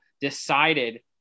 decided